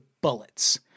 bullets